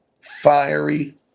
fiery